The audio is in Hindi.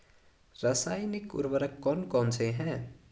रासायनिक उर्वरक कौन कौनसे हैं?